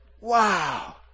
Wow